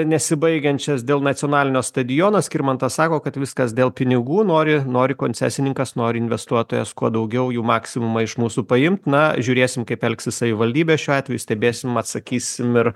nesibaigiančias dėl nacionalinio stadiono skirmantas sako kad viskas dėl pinigų nori nori koncesininkas nori investuotojas kuo daugiau jų maksimumą iš mūsų paimt na žiūrėsim kaip elgsis savivaldybė šiuo atveju stebėsim atsakysim ir